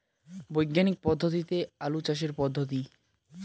বিজ্ঞানিক পদ্ধতিতে আলু চাষের পদ্ধতি?